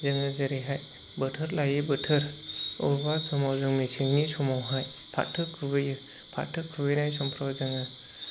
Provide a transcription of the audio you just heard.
जोङो जेरैहाय बोथोर लायै बोथोर बबेबा समाव जों मेसेंनि समावहाय फाथो खुबैयो फाथो खुबैनाय समफोराव जोङो